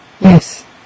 Yes